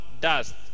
dust